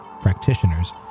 practitioners